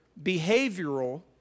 behavioral